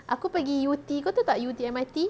aku pergi yew yee kau tahu tak yew tee M_R_T